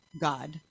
God